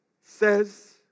Says